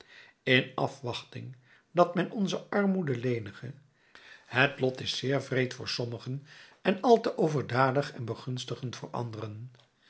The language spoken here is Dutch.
in afwachting dat men onze armoede lenige het lot is zeer wreed voor sommigen en al te overdadig en begunstigend voor anderen